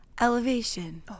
ELEVATION